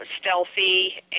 stealthy